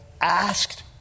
asked